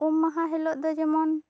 ᱩᱢ ᱢᱟᱦᱟ ᱦᱤᱞᱳᱜ ᱫᱚ ᱡᱮᱢᱚᱱ